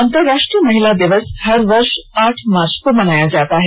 अंतर्राष्ट्रीय महिला दिवस हर वर्ष आठ मार्च को मनाया जाता है